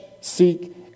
seek